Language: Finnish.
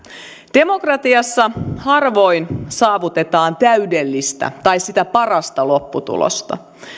demokratiassa harvoin saavutetaan täydellistä tai sitä parasta lopputulosta